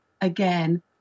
again